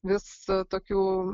vis tokių